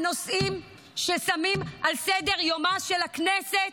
הנושאים ששמים על סדר-יומה של הכנסת.